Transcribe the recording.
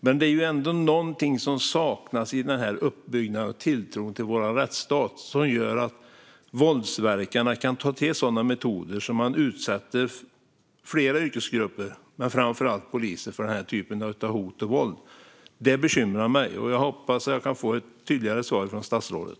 Men det är ändå något som saknas i uppbyggnaden och tilltron till vår rättsstat som gör att våldsverkarna kan ta till sådana här metoder och utsätta flera yrkesgrupper men framför allt poliser för den här typen av hot och våld. Det bekymrar mig, och jag hoppas att jag kan få ett tydligare svar från statsrådet.